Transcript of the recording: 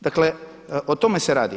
Dakle, o tome se radi.